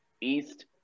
East